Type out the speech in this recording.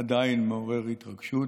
זה עדיין מעורר התרגשות,